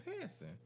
passing